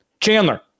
Chandler